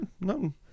no